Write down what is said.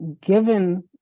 given